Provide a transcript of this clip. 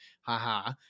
haha